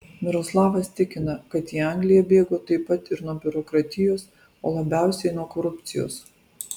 miroslavas tikina kad į angliją bėgo taip pat ir nuo biurokratijos o labiausiai nuo korupcijos